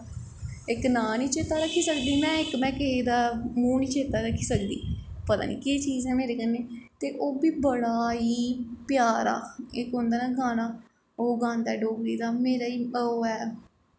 इक नांऽ निं चेता रक्खी सकदी में इक में किहे दा मूंह् निं चेत्ता रक्खी सकदी पता निं केह् चीज़ ऐ मेरे कन्नै ते ओह् बी बड़ा ही प्यारा इक होंदा ना गाना ओह् गांदा ऐ डोगरी दा मेरा ओह् ऐ